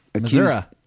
Missouri